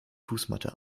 fußmatte